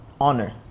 honor